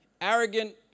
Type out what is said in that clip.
Arrogant